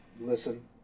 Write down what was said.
Listen